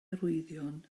arwyddion